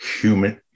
human